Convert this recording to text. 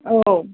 औ